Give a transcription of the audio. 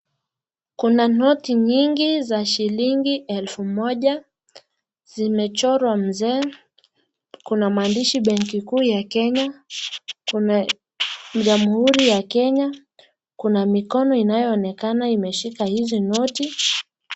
Kuna noti nyingi za shilingi elfu moja, zimechorwa mzee, kuna maandishi Banki Kuu ya Kenya, kuna jamhuri ya Kenya, kuna mikono inayoonekana imeshika hizi noti.